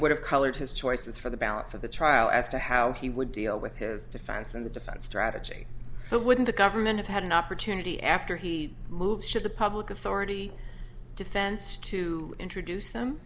would have colored his choices for the balance of the trial as to how he would deal with his defense and the defense strategy but wouldn't the government have had an opportunity after he moved to the public authority defense to introduce them